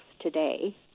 today